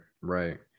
right